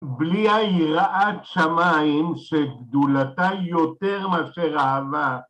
‫בלי היראת שמיים ‫שגדולתה יותר מאשר אהבה.